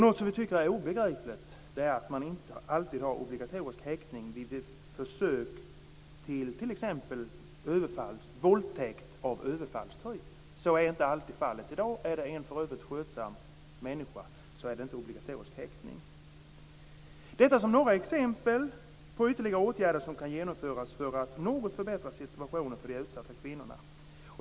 Något som vi tycker är obegripligt är att man inte alltid har obligatorisk häktning vid försök till t.ex. våldtäkt av överfallstyp. Så är inte alltid fallet i dag. Är det en i övrigt skötsam människa är det inte obligatorisk häktning. Fru talman! Detta är några exempel på ytterligare åtgärder som kan genomföras för att något förbättra situationen för de utsatta kvinnorna.